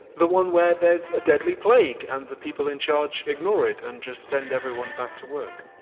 the one where there's a deadly plague and the people in charge ignore it and just send everyone back to work.